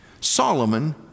solomon